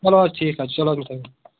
چلو حظ ٹھیٖک حظ چھِ چلو